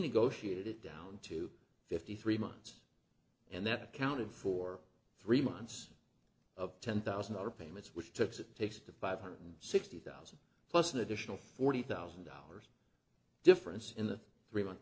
negotiated it down to fifty three months and that accounted for three months of ten thousand other payments which took to take the five hundred sixty thousand plus an additional forty thousand dollars difference in the three month